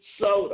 soda